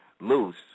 loose